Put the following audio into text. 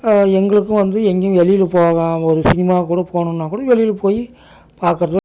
எங்களுக்கும் வந்து எங்கேயும் வெளியில் போக ஒரு சினிமா கூட போகணுனா கூட வெளியில் போய் பார்க்கறது